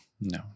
no